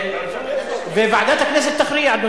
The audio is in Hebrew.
וועדת הכנסת תכריע.